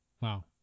Wow